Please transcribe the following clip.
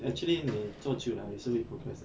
actually 你做久了也是会 progress 的